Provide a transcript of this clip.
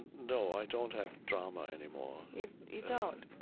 and no. i don't have drama anymore you you don't?